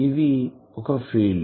ఇది ఒక ఫీల్డ్